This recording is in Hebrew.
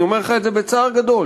ואני אומר לך את זה בצער גדול,